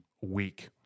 week